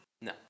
No